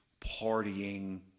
partying